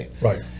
Right